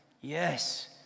yes